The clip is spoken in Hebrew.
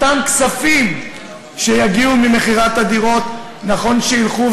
אותם כספים שיגיעו ממכירת הדירות נכון שילכו,